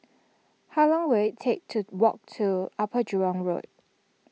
how long will it take to walk to Upper Jurong Road